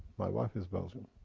my wife is belgian.